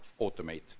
automate